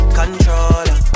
controller